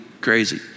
crazy